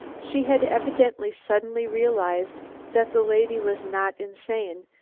she had evidently suddenly realised that the lady was not insane,